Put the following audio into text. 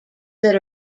that